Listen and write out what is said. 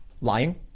Lying